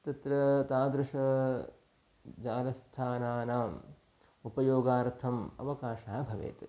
तत्र तादृशजालस्थानानाम् उपयोगार्थम् अवकाशः भवेत्